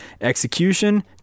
execution